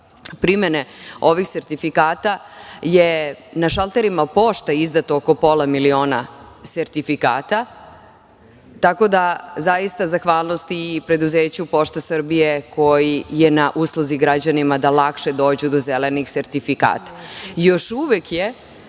primene ovih sertifikata je na šalterima „Pošta“ izdato oko pola miliona sertifikata, tako da zaista zahvalnost i preduzeću „Pošta Srbije“ koji je na usluzi građanima da lakše dođu do zelenih sertifikata. Još uvek je